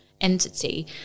entity